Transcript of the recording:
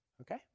okay